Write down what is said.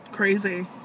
crazy